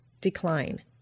decline